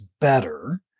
better